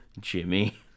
Jimmy